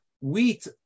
wheat